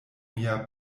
mia